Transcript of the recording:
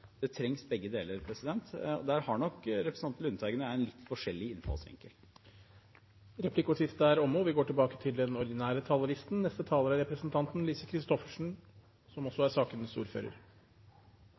Begge deler trengs. Der har nok representanten Lundteigen og jeg litt forskjellig innfallsvinkel. Replikkordskiftet er omme.